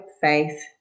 faith